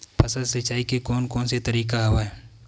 फसल सिंचाई के कोन कोन से तरीका हवय?